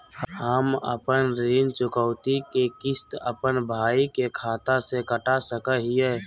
हम अपन ऋण चुकौती के किस्त, अपन भाई के खाता से कटा सकई हियई?